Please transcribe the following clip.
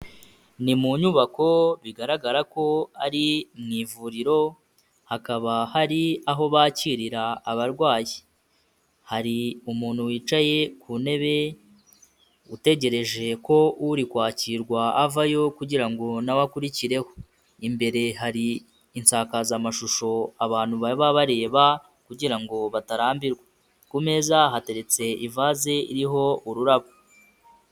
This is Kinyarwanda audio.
Ni mu nyubako bigaragara ko ari mu ivuriro, hakaba hari aho bakirira abarwayi. Hari umuntu wicaye ku ntebe, utegereje ko uri kwakirwa avayo kugira ngo na we akurikireho. Imbere hari insakazamashusho abantu baba bareba kugira ngo batarambirwa. Ku meza, hateretse ivaze iriho ururabo.